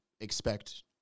expect